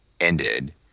ended